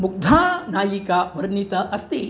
मुग्धानायिका वर्णिता अस्ति